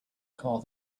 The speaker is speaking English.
call